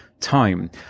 time